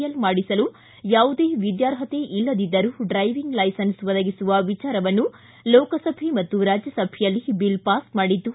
L ಮಾಡಿಸಲು ಯಾವುದೇ ವಿದ್ಯಾರ್ಹತೆ ಇಲ್ಲದಿದ್ದರು ಡ್ರೈವಿಂಗ್ ಲೈಸನ್ಸ್ ಒದಗಿಸುವ ವಿಚಾರವನ್ನು ಲೋಕಸಭೆ ಮತ್ತು ರಾಜ್ಯಸಭೆಯಲ್ಲಿ ಬಿಲ್ ಪಾಸ್ ಮಾಡಿದ್ದು